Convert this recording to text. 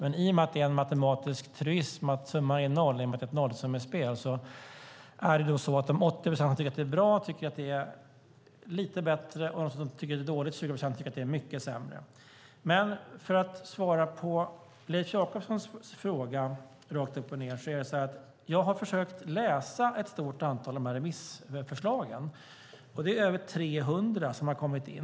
I och med att det är en matematisk truism att summan är noll eftersom det är fråga om ett nollsummespel, innebär det att de 80 procent som tycker att förslaget är bra tycker att det är lite bättre och de 20 procent som tycker att förslaget är dåligt tycker att det är mycket sämre. Låt mig svara på Leif Jakobssons fråga rakt upp och ned. Jag har försökt att läsa ett stort antal av remissförslagen. Det är över 300 som har kommit in.